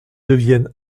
deviennent